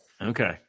okay